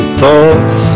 thoughts